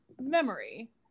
memory